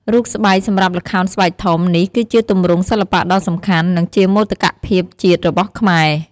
រូបស្បែកសម្រាប់ល្ខោនស្បែកធំ នេះគឺជាទម្រង់សិល្បៈដ៏សំខាន់ និងជាមោទកភាពជាតិរបស់ខ្មែរ។